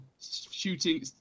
shooting